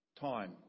time